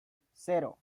cero